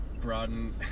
Broaden